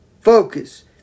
focus